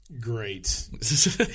great